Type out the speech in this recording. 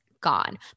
gone